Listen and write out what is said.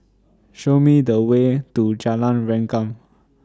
Show Me The Way to Jalan Rengkam